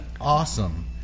awesome